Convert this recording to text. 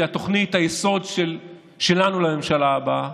היא תוכנית היסוד שלנו לממשלה הבאה,